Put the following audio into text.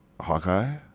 Hawkeye